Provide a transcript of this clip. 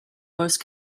most